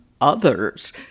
others